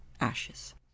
Ashes